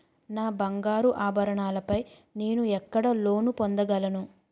నా బంగారు ఆభరణాలపై నేను ఎక్కడ లోన్ పొందగలను?